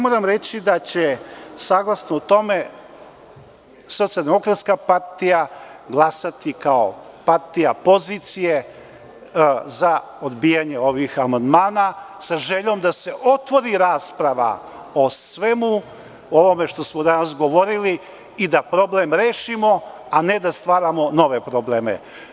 Moram reći da će saglasno tome SDP glasati kao partija pozicije za odbijanje ovih amandmana sa željom da se otvori rasprave o svemu ovome što smo danas govorili i da problem rešimo, a ne da stvaramo nove probleme.